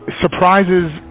surprises